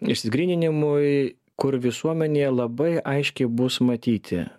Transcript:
išsigryninimui kur visuomenėje labai aiškiai bus matyti